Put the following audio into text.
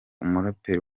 umuraperi